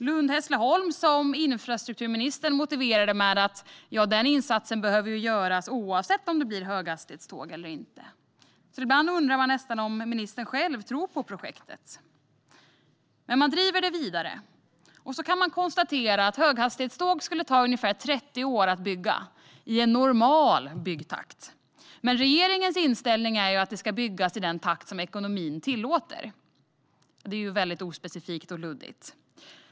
Lund-Hässleholm motiverade infrastrukturministern med att den insatsen behöver göras oavsett om det blir höghastighetsjärnväg eller inte. Ibland undrar man nästan om ministern själv tror på projektet. Men man driver det vidare. Höghastighetsjärnväg skulle ta ungefär 30 år att bygga - i normal byggtakt. Men regeringens inställning är att den ska byggas "i den takt ekonomin tillåter". Det är ju väldigt ospecifikt och luddigt.